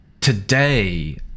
today